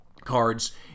cards